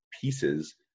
pieces